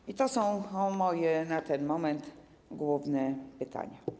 I to są moje na ten moment główne pytania.